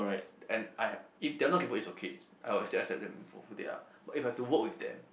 and I if they are not capable is okay I will just ask them for who they are but if I have to work with them